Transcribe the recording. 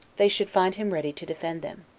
they should find him ready to defend them.